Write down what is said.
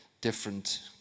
different